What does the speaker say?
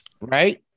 Right